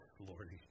Lordy